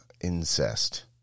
incest